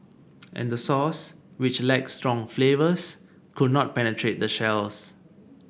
and the sauce which lacked strong flavours could not penetrate the shells